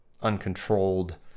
uncontrolled